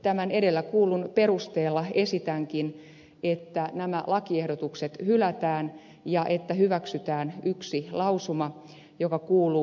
tämän edellä kuullun perusteella esitänkin että nämä lakiehdotukset hylätään ja että hyväksytään yksi lausuma joka kuuluu